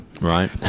right